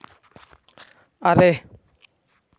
ᱟᱨᱮ